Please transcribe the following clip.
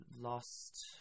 lost